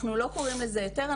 אנחנו לא קוראים לזה היתר,